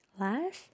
Last